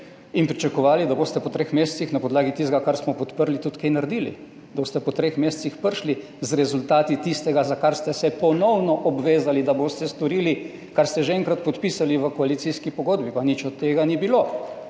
in pričakovali, da boste po treh mesecih na podlagi tistega, kar smo podprli, tudi kaj naredili. Da boste po treh mesecih prišli z rezultati tistega, za kar ste se ponovno obvezali, da boste storili, kar ste že enkrat podpisali v koalicijski pogodbi, pa nič od tega ni bilo.